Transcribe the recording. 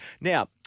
Now